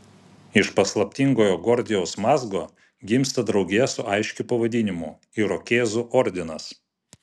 iš paslaptingojo gordijaus mazgo gimsta draugija su aiškiu pavadinimu irokėzų ordinas